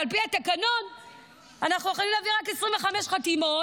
על פי התקנון אנחנו יכולים להביא רק 25 חתימות,